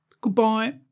Goodbye